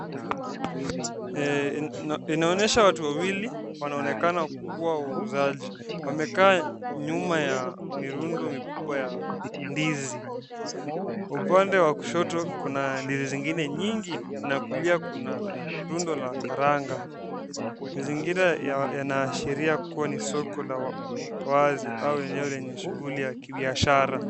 Inaonyesha watu wawili, wanaonekana kuwa wauzaji. Wamekaa nyuma ya mirundu mikubwa ya ndizi. Upande wa kushoto kuna ndizi zingine nyingi na kulia kuna rundo la karanga. Mazingira yanaashiria kuwa ni soko la wazi au eneo lenye shughuli ya kibiashara.